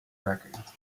record